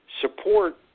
Support